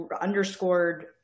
underscored